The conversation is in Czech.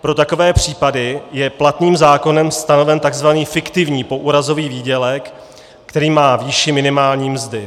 Pro takové případy je platným zákonem stanoven tzv. fiktivní poúrazový výdělek, který má výši minimální mzdy.